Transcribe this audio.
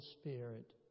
Spirit